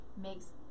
makes